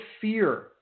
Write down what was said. fear